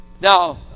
Now